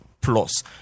plus